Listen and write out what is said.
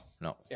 no